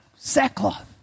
sackcloth